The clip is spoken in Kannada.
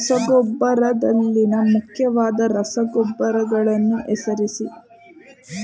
ರಸಗೊಬ್ಬರದಲ್ಲಿನ ಮುಖ್ಯವಾದ ರಸಗೊಬ್ಬರಗಳನ್ನು ಹೆಸರಿಸಿ?